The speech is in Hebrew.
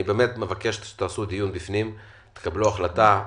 אני מבקש שתקיימו דיון ותקבלו החלטה.